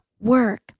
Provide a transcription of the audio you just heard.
work